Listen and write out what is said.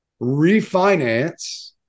refinance